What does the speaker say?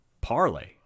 Parlay